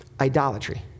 idolatry